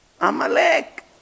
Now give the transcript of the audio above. Amalek